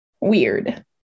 weird